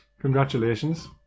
Congratulations